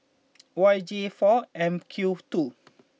Y J four M Q two